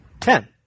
Ten